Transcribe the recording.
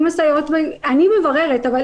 אני אישית מבררת, אבל